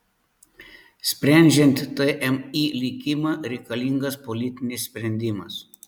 sprendžiant tmi likimą reikalingas politinis sprendimas